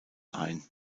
ein